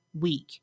week